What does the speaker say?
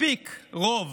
מספיק רוב